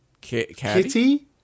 Kitty